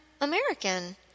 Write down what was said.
American